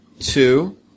Two